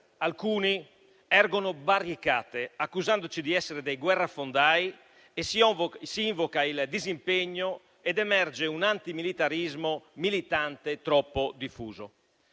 alcuni ergono barricate, accusandoci di essere dei guerrafondai, invocando il disimpegno e lasciando emergere un antimilitarismo militante troppo diffuso.